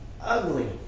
ugly